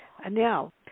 Now